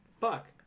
Fuck